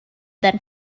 than